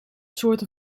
soorten